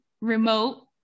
remote